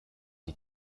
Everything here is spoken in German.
die